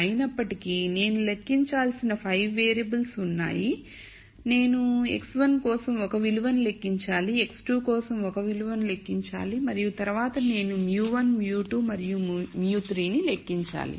అయినప్పటికీ నేను లెక్కించాల్సిన 5 వేరియబుల్స్ ఉన్నాయి నేను x1 కోసం ఒక విలువను లెక్కించాలి నేను x2 కోసం ఒక విలువను లెక్కించాలి మరియు తరువాత నేను μ1 μ2 మరియు μ3 ను లెక్కించాలి